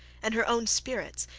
and her own spirits,